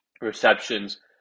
receptions